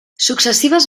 successives